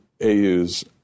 AU's